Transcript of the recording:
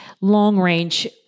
long-range